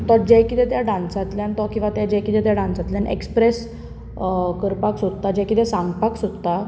तो जो कितें त्या डान्सांतल्यान तो जे कितें ते डान्सांतल्यान एक्सप्रेस करपाक सोदता जें कितें सांगपाक सोदता